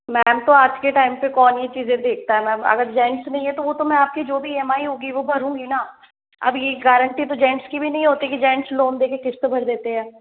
ma'am तो आज के टाइम पे कौन ये चीज़ें देखता है मैम अगर जैंट्स नहीं है तो वो तो मैं आप की जो भी ई एम आई होगी वो भरूंगी ना अब ये गारेंटी तो जैंट्स की भी नहीं होती कि जैंट्स लोन देके किश्त भर देते हैं